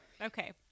Okay